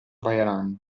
vehrehan